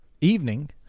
evening